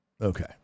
Okay